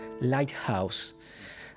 lighthouse